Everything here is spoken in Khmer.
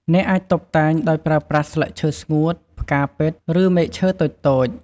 អ្នកអាចតុបតែងដោយប្រើប្រាស់ស្លឹកឈើស្ងួត ផ្កាពិត ឬមែកឈើតូចៗ។